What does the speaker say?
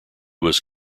was